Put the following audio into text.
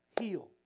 heal